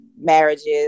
marriages